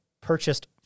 purchased